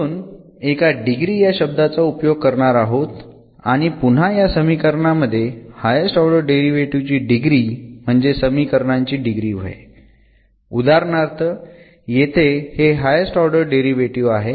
अजून एका डिग्री या शब्दाचा उपयोग करणार आहोत आणि पुन्हा या समीकरणांमध्ये हायेस्ट ऑर्डर डेरिव्हेटीव्ह ची डिग्री म्हणजे समीकरणांची डिग्री होय उदाहरणार्थ येथे हे हायेस्ट ऑर्डर डेरिव्हेटीव्ह आहे